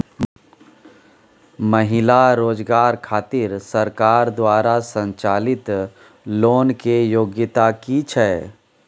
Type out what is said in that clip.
महिला रोजगार खातिर सरकार द्वारा संचालित लोन के योग्यता कि छै?